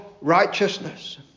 righteousness